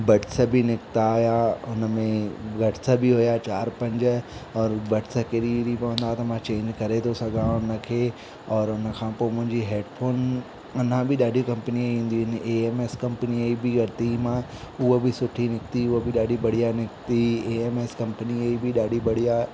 buds बि निकिता आहियां हुन में बड्स बि हुआ चारि पंज और बड्स किरी विरी पवंदा हुआ त मां चेंज करे थो सघां उन खे और उन खां पोइ मुंहिंजी हेडफोन अना बि ॾाढी कंपनीअ जी ईंदियूं आहिनि ए एम एस कंपनीअ जी बि वरिती मां उहे बि सुठी निकिती उहे बि ॾाढी बढ़िया निकिती ए एम एस कंपनीअ ई बि ॾाढी बढ़िया